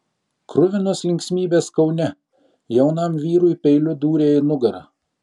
kruvinos linksmybės kaune jaunam vyrui peiliu dūrė į nugarą